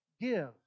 give